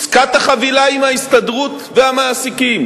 עסקת החבילה עם ההסתדרות והמעסיקים,